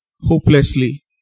hopelessly